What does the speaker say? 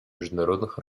международных